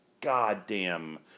goddamn